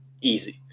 easy